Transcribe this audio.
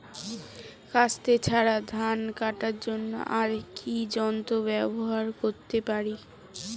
কাস্তে ছাড়া ধান কাটার জন্য আর কি যন্ত্র ব্যবহার করতে পারি?